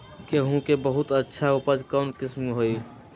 गेंहू के बहुत अच्छा उपज कौन किस्म होई?